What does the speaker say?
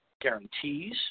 guarantees